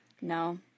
No